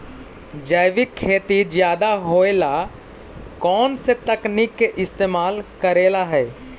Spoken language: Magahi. जैविक खेती ज्यादा होये ला कौन से तकनीक के इस्तेमाल करेला हई?